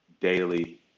daily